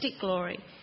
glory